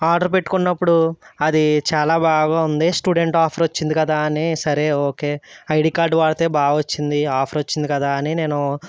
order పెట్టుకున్నప్పుడు అది చాలా బాగా ఉంది స్టూడెంట్ ఆఫర్ వచ్చింది కదా అని సరే ఓకే ఐడి కార్డ్ వాడితే బాగా వచ్చింది ఆఫర్ వచ్చింది కదా అని నేను